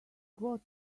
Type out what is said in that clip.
got